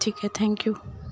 ٹھیک ہے thank you